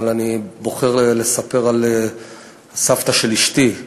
אבל אני בוחר לספר על סבתא של אשתי,